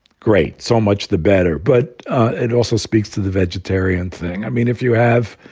great. so much the better. but it also speaks to the vegetarian thing. i mean, if you have.